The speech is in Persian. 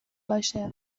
باشه